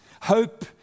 Hope